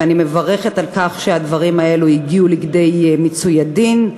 ואני מברכת על כך שהדברים הגיעו לכדי מיצוי הדין.